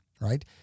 right